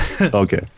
okay